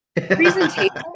presentation